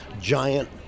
giant